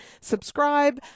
Subscribe